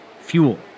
fuel